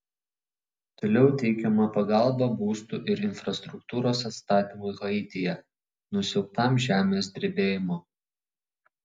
toliau teikiama pagalba būstų ir infrastruktūros atstatymui haityje nusiaubtam žemės drebėjimo